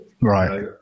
right